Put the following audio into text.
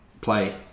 play